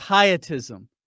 pietism